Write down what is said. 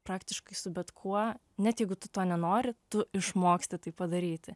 praktiškai su bet kuo net jeigu tu to nenori tu išmoksti tai padaryti